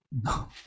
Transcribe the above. No